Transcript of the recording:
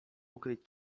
ukryć